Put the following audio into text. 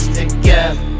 together